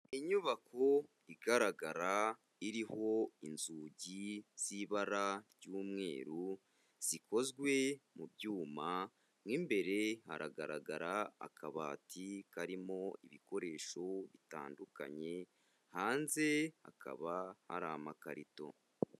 Inyubako igaragara iriho inzugi z'ibara ry'umweru, zikozwe mu byuma mo imbere hagaragara akabati karimo ibikoresho bitandukanye, hanze hakaba hari amakarito.